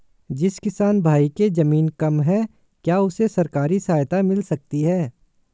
जिस किसान भाई के ज़मीन कम है क्या उसे सरकारी सहायता मिल सकती है?